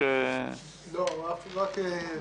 לא, רק שלמה קרעי.